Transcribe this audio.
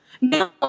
no